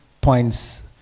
points